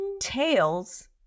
Tails